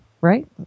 right